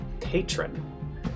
patron